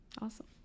Awesome